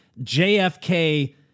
JFK